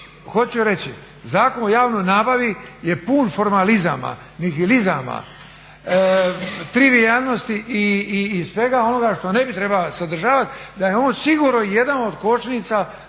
Hoću reći, Zakon o javnoj nabavi je pun formalizama, nihilizama, trivijalnosti i svega onoga što ne bi trebala sadržavati. Da je on sigurno jedan od kočnica